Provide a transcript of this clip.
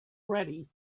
ready